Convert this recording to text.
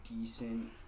decent